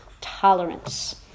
tolerance